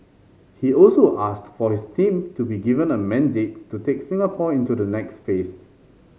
he also asked for his team to be given a mandate to take Singapore into the next phased